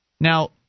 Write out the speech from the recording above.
Now